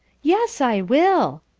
yes, i will!